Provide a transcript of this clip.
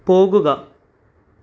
പോകുക